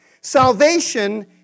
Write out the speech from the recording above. salvation